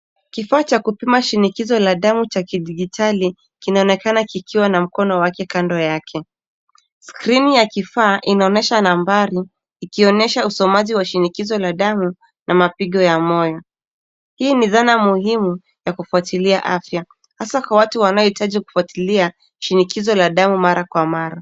Kifaa cha kupima shinikizo la damu cha kidijitali, kinaonekana kikiwa na mkono wake kando yake. Skrini ya kifaa inaonyesha nambari, ikionyesha usomaji wa shinikizo la damu na mapigo ya moyo. Hii ni dhana muhimu ya kufuatilia afya, hasa kwa watu wanaohitaji kufuatilia shinikizo la damu mara kwa mara.